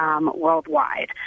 worldwide